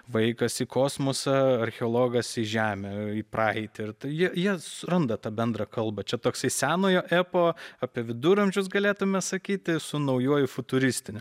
vaikas į kosmosą archeologas į žemę į praeitį ir jie jie randa tą bendrą kalbą čia toksai senojo epo apie viduramžius galėtume sakyti su naujuoju futuristiniu